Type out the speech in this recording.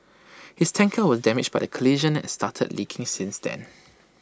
his tanker was damaged by the collision and started leaking since then